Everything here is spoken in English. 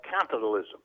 capitalism